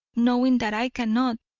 knowing that i cannot,